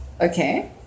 Okay